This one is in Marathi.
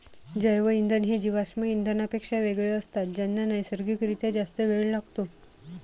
जैवइंधन हे जीवाश्म इंधनांपेक्षा वेगळे असतात ज्यांना नैसर्गिक रित्या जास्त वेळ लागतो